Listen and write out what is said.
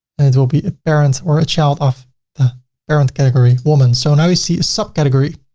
and it will be a parent or a child off the parent category woman. so now you see a sub category.